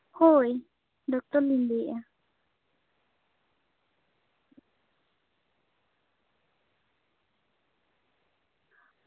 ᱦᱳᱭ ᱰᱚᱠᱴᱚᱨ ᱞᱤᱧ ᱞᱟᱹᱭᱮᱜᱼᱟ